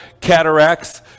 cataracts